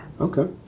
Okay